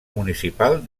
municipal